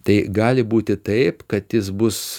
tai gali būti taip kad jis bus